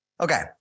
Okay